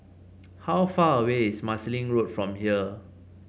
how far away is Marsiling Road from here